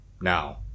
Now